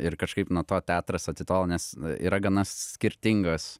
ir kažkaip nuo to teatras atitolo nes yra gana skirtingos